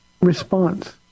response